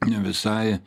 ne visai